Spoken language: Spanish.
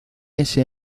ese